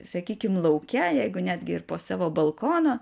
sakykim lauke jeigu netgi ir po savo balkonu